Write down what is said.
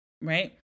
right